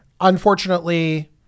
Unfortunately